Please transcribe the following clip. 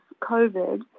COVID